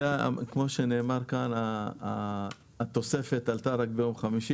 לכן הכלל הוא שאין ביטוח בפול,